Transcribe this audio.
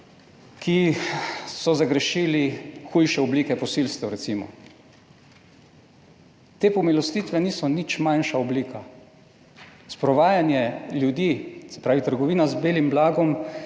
ki so zagrešili hujše oblike posilstev, recimo. Te pomilostitve niso nič manjša oblika. Sprovajanje ljudi, se pravi, trgovina z belim blagom